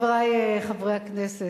חברי חברי הכנסת,